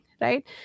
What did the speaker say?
right